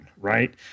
right